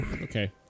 Okay